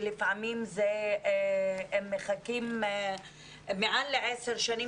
ולפעמים הם מחכים מעל לעשר שנים,